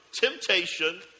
temptation